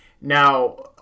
Now